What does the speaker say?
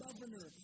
governor